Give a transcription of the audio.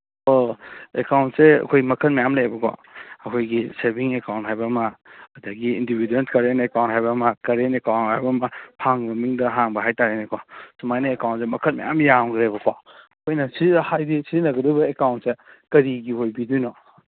ꯑꯣ ꯑꯦꯀꯥꯎꯟꯁꯦ ꯑꯩꯈꯣꯏ ꯃꯈꯜ ꯃꯌꯥꯝ ꯂꯩꯌꯦꯕꯀꯣ ꯑꯩꯈꯣꯏꯒꯤ ꯁꯦꯚꯤꯡ ꯑꯦꯀꯥꯎꯟ ꯍꯥꯏꯕ ꯑꯃ ꯑꯗꯒꯤ ꯏꯟꯗꯤꯚꯤꯗ꯭ꯋꯦꯜ ꯀꯔꯦꯟ ꯑꯦꯀꯥꯎꯟ ꯍꯥꯏꯕ ꯑꯃ ꯀꯔꯦꯟ ꯑꯦꯀꯥꯎꯟ ꯍꯥꯏꯕ ꯑꯃ ꯐꯥꯝꯒꯤ ꯃꯃꯤꯡꯗ ꯍꯥꯡꯕ ꯍꯥꯏ ꯇꯥꯔꯦꯅꯦꯀꯣ ꯁꯨꯃꯥꯏꯅ ꯑꯦꯀꯥꯎꯟꯁꯦ ꯃꯈꯜ ꯃꯌꯥꯝ ꯌꯥꯝꯈ꯭ꯔꯦꯕꯀꯣ ꯑꯩꯈꯣꯏꯅ ꯍꯥꯏꯗꯤ ꯁꯤꯖꯤꯟꯅꯒꯗꯣꯔꯤꯕ ꯑꯦꯀꯥꯎꯟꯁꯦ ꯀꯔꯤꯒꯤ ꯑꯣꯏꯕꯤꯗꯣꯏꯅꯣ